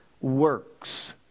works